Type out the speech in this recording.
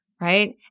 right